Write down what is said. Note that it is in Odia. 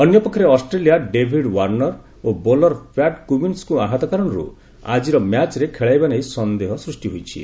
ଅନ୍ୟପକ୍ଷରେ ଅଷ୍ଟ୍ରେଲିଆ ଡେଭିଡ୍ ୱାର୍ଷର ଓ ବୋଲର ପ୍ୟାଟ୍ କୁମିନ୍ନଙ୍କୁ ଆହତ କାରଣରୁ ଆଜିର ମ୍ୟାଚ୍ରେ ଖେଳାଇବା ନେଇ ସନ୍ଦେହ ସୃଷ୍ଟି ହୋଇଛି